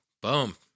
Boom